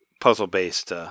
puzzle-based